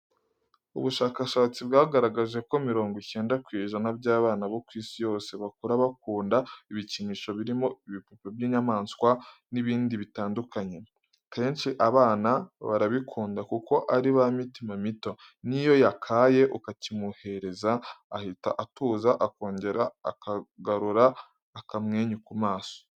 Ubushakashatsi bwagaragaje ko mirongo cyenda ku ijana by'abana bo ku isi yose bakura bakunda ibikinisho birimo ibipupe by'inyamaswa n'ibindi bitandukanye. Kenshi abana barabikunda kuko ari ba mitima mito niyo yaakaye ukakimuhereza ahita atuza akongera akagarura akamwenyu ku maso.